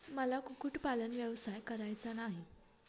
मला कुक्कुटपालन व्यवसाय करायचा नाही